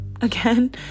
again